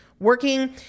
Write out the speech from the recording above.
working